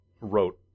wrote